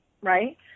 Right